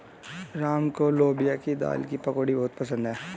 राम को लोबिया की दाल की पकौड़ी बहुत पसंद हैं